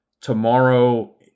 Tomorrow